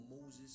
Moses